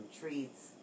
treats